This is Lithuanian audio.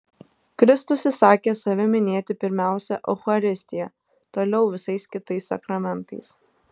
kristus įsakė save minėti pirmiausia eucharistija toliau visais kitais sakramentais